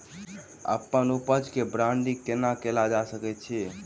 अप्पन उपज केँ ब्रांडिंग केना कैल जा सकैत अछि?